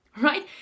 right